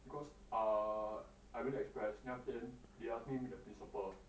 because err I went to express then after that then they ask me meet the principal